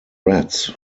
rats